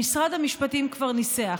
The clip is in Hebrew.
שמשרד המשפטים כבר ניסח,